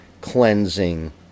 cleansing